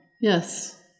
Yes